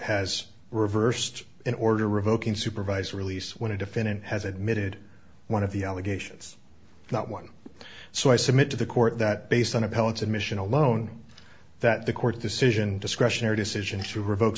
has reversed an order revoking supervised release when a defendant has admitted one of the allegations not one so i submit to the court that based on appellate submission alone that the court's decision discretionary decision to revoke